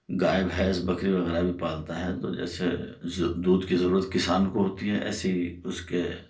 گائے بھینس بکری وغیرہ بھی پالتا ہے تو جیسے دودھ کی ضرورت کسان کو ہوتی ہے ایسے ہی اس کے